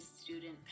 student